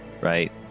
right